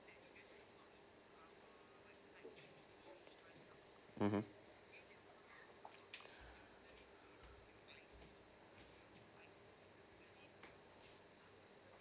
mmhmm